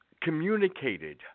communicated